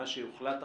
מה שיוחלט עכשיו,